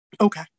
Okay